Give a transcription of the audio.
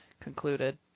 concluded